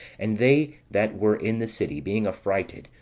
and they that were in the city being affrighted,